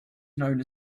known